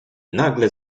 nagle